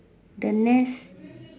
the next